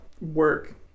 work